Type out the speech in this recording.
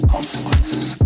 Consequences